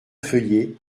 feuillée